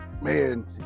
man